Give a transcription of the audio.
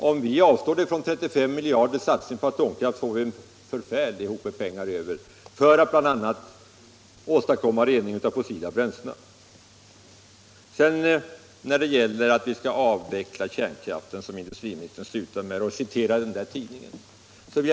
Om vi avstod 35 atomkraftsmiljarder till en satsning på att rena olja, skulle vi få en förfärlig massa pengar över för att bl.a. kunna åstadkomma rening av fossila bränslen. Industriministern slutade sitt anförande med att tala om centerns avvecklande av kärnkraften, och han citerade också ur en tidning.